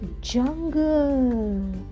jungle